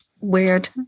weird